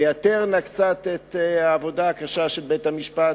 תייתרנה קצת את העבודה הקשה של בית-המשפט